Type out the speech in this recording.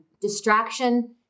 distraction